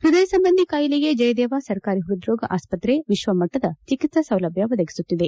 ಪೃದಯ ಸಂಬಂಧಿ ಖಾಯಿಲೆಗೆ ಜಯದೇವ ಸರ್ಕಾರಿ ಹೃದ್ರೋಗ ಆಸ್ತತ್ರೆ ವಿಶ್ವಮಟ್ಟದ ಚಿಕಿತ್ಸಾ ಸೌಲಭ್ಯ ಒದಗಿಸುತ್ತಿದೆ